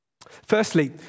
Firstly